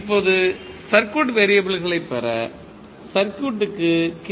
இப்போது சர்க்யூட் வெறியபிள்களைப் பெற சர்க்யூட்க்கு கே